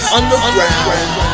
Underground